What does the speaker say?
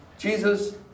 Jesus